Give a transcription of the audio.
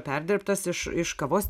perdirbtas iš iš kavos